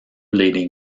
lady